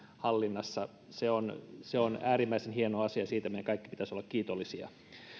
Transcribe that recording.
hallinnassa se on se on äärimmäisen hieno asia ja siitä meidän kaikkien pitäisi olla kiitollisia